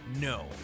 No